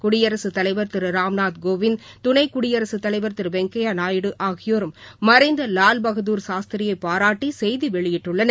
குடியரசுத் தலைவர் திரு ராம்நாத் கோவிந்த் துணை குடியரசுத் தலைவர் திரு வெங்கையா நாயுடு ஆகியோரம் மறைந்த லால்பகதூர் சாஸ்திரியை பாராட்டி செய்தி வெளியிட்டுள்ளனர்